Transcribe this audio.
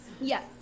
Yes